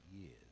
years